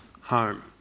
home